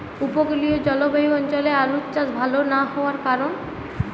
উপকূলীয় জলবায়ু অঞ্চলে আলুর চাষ ভাল না হওয়ার কারণ?